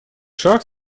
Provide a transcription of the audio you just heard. шаг